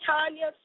Tanya